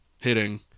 hitting